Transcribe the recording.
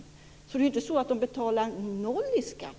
Det är alltså inte så att de betalar noll i skatt.